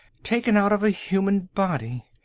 taken out of a human body.